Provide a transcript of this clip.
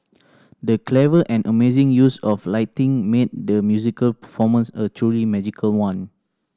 the clever and amazing use of lighting made the musical performance a truly magical one